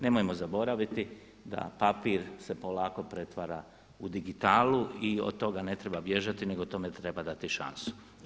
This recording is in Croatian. Nemojmo zaboraviti da papir se polako pretvara u digitalu i od toga ne treba bježati, nego tome treba dati šansu.